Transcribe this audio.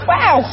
Wow